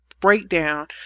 breakdown